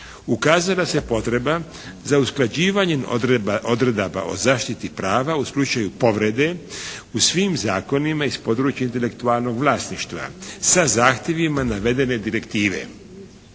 ukazala se potreba za usklađivanjem odredaba o zaštiti prava u slučaju povrede u svim zakonima iz područja intelektualnog vlasništva sa zahtjevima navedene direktive.